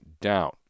down